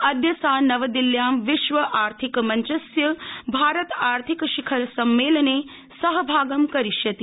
अद्य सा नवदिल्ल्यां विश्व आर्थिक मंचस्य भारत आर्थिक शिखर सम्मेलने सहभागं करिष्यति